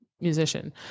musician